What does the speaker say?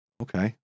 Okay